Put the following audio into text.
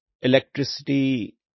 electricity